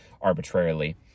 arbitrarily